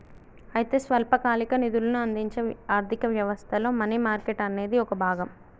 అయితే స్వల్పకాలిక నిధులను అందించే ఆర్థిక వ్యవస్థలో మనీ మార్కెట్ అనేది ఒక భాగం